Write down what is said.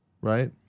right